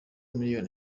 miliyoni